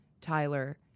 Tyler